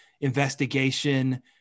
investigation